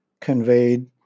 conveyed